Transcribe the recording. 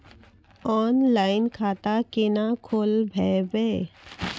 Online खाता केना खोलभैबै?